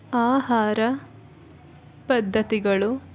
ಆಹಾರ ಪದ್ದತಿಗಳು